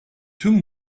tüm